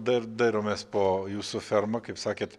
dar dairomės po jūsų fermą kaip sakėt